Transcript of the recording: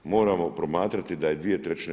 Moramo promatrati da je 2/